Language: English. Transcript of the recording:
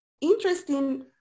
interesting